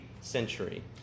century